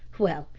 well,